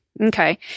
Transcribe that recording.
Okay